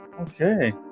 okay